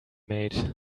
made